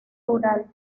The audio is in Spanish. rural